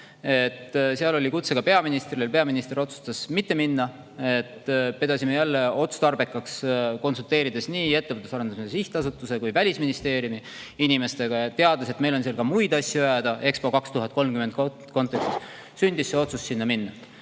Sinna oli kutse ka peaministrile, peaminister otsustas mitte minna. Pidasime otstarbekaks konsulteerida nii Ettevõtluse Arendamise Sihtasutuse kui Välisministeeriumi inimestega ja kuna meil oli seal ka muid asju ajada EXPO 2030 kontekstis, siis sündis see otsus sinna minna.